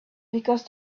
because